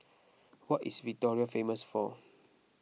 what is Victoria famous for